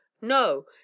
No